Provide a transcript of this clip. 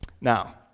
Now